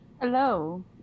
Hello